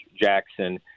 Jackson